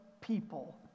people